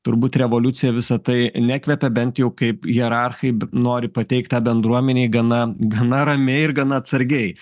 turbūt revoliucija visa tai nekvepia bent jau kaip hierarchai nori pateikt tą bendruomenei gana gana ramiai ir gana atsargiai